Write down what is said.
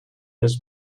has